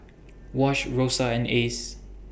Wash Rosa and Ace